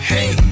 Hey